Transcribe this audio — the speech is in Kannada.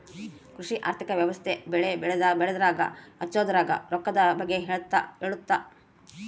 ಕೃಷಿ ಆರ್ಥಿಕ ವ್ಯವಸ್ತೆ ಬೆಳೆ ಬೆಳೆಯದ್ರಾಗ ಹಚ್ಛೊದ್ರಾಗ ರೊಕ್ಕದ್ ಬಗ್ಗೆ ಹೇಳುತ್ತ